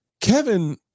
Kevin